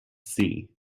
see